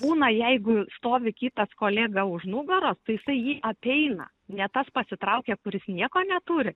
būna jeigu stovi kitas kolega už nugaros tai isai jį apeina ne tas pasitraukia kuris nieko neturi